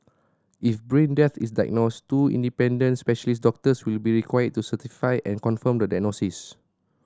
if brain death is diagnosed two independent specialist doctors will be required to certify and confirm the diagnosis